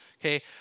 okay